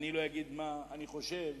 אני לא אגיד מה אני חושב,